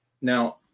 Now